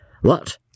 What